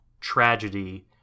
tragedy